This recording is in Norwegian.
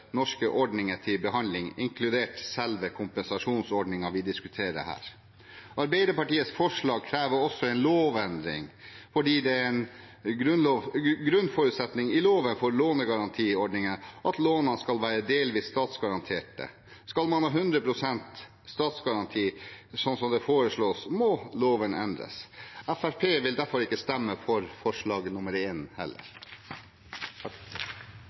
norske ordninger til behandling, inkludert selve kompensasjonsordningen vi diskuterer her. Arbeiderpartiets forslag krever også en lovendring, fordi det er en grunnforutsetning i loven for lånegarantiordninger at lånene skal være delvis statsgaranterte. Skal man ha 100 pst. statsgaranti, slik det foreslås, må loven endres. Fremskrittspartiet vil derfor ikke stemme for det første forslaget heller.